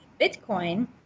Bitcoin